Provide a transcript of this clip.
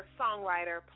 songwriter